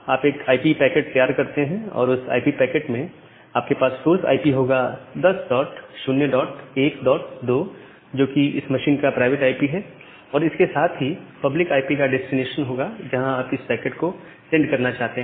आप एक IP packet तैयार करते हैं और उस आईपी पैकेट में आपके पास सोर्स आईपी होगा 10012 जो कि इस मशीन का प्राइवेट आईपी है और इसके साथ ही पब्लिक आईपी का डेस्टिनेशन होगा जहां आप इस पैकेट को सेंड करना चाहते हैं